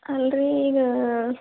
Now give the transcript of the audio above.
ಅಲ್ಲರಿ ಈಗ